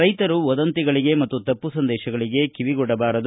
ರೈತರು ವದಂತಿಗಳಿಗೆ ಮತ್ತು ತಪ್ಪು ಸಂದೇಶಗಳಿಗೆ ಕಿವಿಕೊಡಬಾರದು